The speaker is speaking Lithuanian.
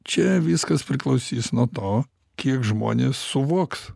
čia viskas priklausys nuo to kiek žmonės suvoks